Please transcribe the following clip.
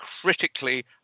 critically